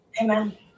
Amen